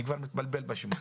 אני כבר מתבלבל בשמות.